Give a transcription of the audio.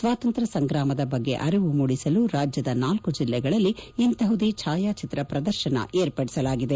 ಸ್ವಾತಂತ್ರ್ಯ ಸಂಗ್ರಾಮದ ಬಗ್ಗೆ ಅರಿವು ಮೂಡಿಸಲು ರಾಜ್ಯದ ನಾಲ್ಕು ಜೆಲ್ಲೆಗಳಲ್ಲಿ ಇಂತಹುದೇ ಛಾಯಾಚಿತ್ರ ಪ್ರದರ್ಶನವನ್ನು ವಿರ್ಪಡಿಸಲಾಗಿದೆ